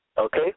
Okay